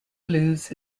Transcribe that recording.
blues